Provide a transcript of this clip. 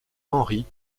henri